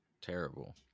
Terrible